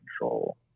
control